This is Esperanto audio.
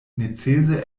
necese